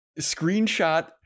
screenshot